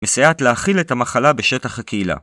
מסייעת להכיל את המחלה בשטח הקהילה